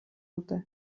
dute